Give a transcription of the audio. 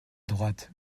droite